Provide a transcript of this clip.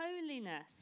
holiness